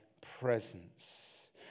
presence